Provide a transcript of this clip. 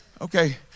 Okay